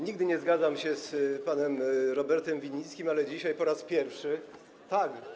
Nigdy nie zgadzam się z panem Robertem Winnickim, ale dzisiaj po raz pierwszy - tak.